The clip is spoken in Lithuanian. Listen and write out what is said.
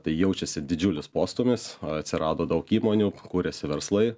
tai jaučiasi didžiulis postūmis atsirado daug įmonių kūrėsi verslai